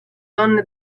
donne